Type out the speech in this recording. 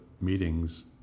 meetings